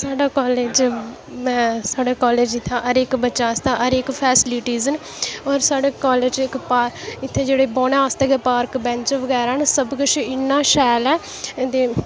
साढ़े कालेज जम्मू साढ़े कालेज च इत्थै हर इक बच्चे आस्तै हर इक फैस्लिटीज न होर साढ़े कालेज इक पार्क इत्थै जेह्ड़े बौह्ने आह्ले आस्तै पार्क बैंच बगैरा न सब किश इन्ना शैल ऐ